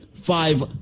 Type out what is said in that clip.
five